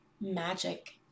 magic